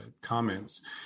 comments